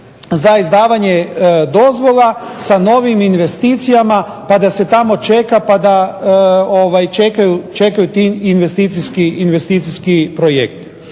za izdavanje dozvola sa novim investicijama pa da se tamo čeka pa da čekaju ti investicijski projekti.